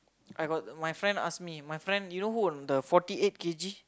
I got my friend ask me my friend you know who or not the forty eight K_G